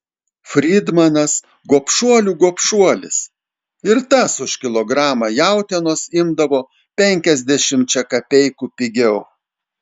fridmanas gobšuolių gobšuolis ir tas už kilogramą jautienos imdavo penkiasdešimčia kapeikų pigiau